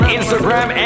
Instagram